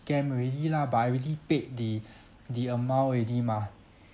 scam already lah but I already paid the the amount already mah